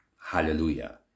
Hallelujah